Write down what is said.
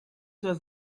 was